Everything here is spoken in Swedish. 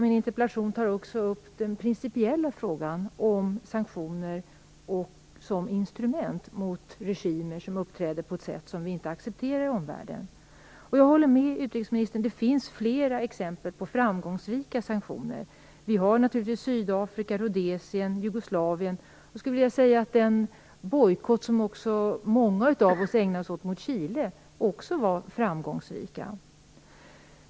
Min interpellation tar också upp den principiella frågan om sanktioner som instrumet mot regimer som uppträder på ett sätt som vi inte accepterar i omvärlden. Jag håller med utrikesministern om att det finns flera exempel på framgångsrika sanktioner: Sydafrika, Rhodesia, Jugoslavien. Jag skulle vilja säga att den bojkott som många av oss ägnade sig åt mot Chile var framgångsrik.